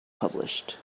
published